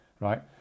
Right